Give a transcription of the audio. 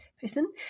person